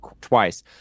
twice